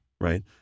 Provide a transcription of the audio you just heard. right